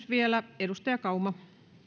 vielä kysymys edustaja kauma